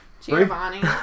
Giovanni